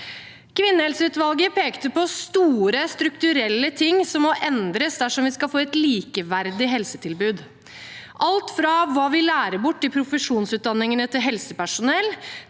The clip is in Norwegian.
Kvinnehelseutvalget pekte på store strukturelle ting som må endres dersom vi skal få et likeverdig helsetilbud. Det er alt fra hva vi lærer bort i profesjonsutdanningene til helsepersonell